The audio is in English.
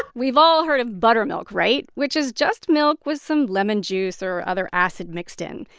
we've all heard of buttermilk right? which is just milk with some lemon juice or other acid mixed in.